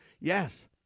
Yes